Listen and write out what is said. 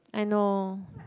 I know